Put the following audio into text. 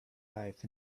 life